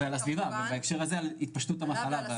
ובהקשר הזה התפשטות המחלה,